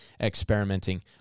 experimenting